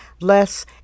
less